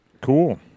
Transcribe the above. Cool